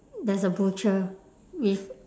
there's a butcher with